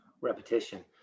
repetition